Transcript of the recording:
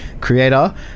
creator